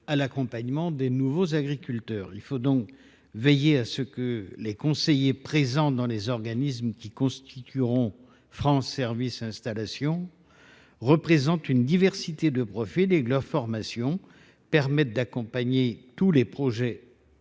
de l’accompagnement des nouveaux agriculteurs. Il faut donc veiller à ce que les conseillers présents dans les organismes qui constitueront France installations transmissions aient des profils variés et que leur formation permette d’accompagner tous les projets